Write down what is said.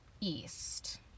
east